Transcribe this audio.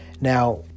Now